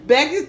Back